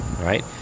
Right